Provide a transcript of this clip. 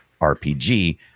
rpg